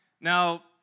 Now